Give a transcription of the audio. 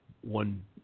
one